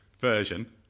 version